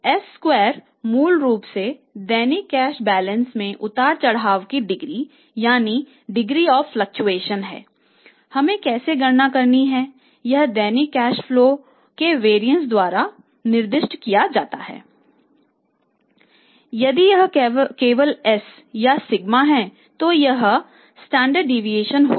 s square मूल रूप से दैनिक कैश बैलेंस में उतार चढ़ाव की डिग्री द्वारा निर्दिष्ट किया जाएगा